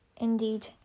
Indeed